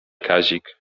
kazik